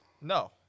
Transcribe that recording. No